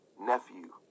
Nephew